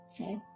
Okay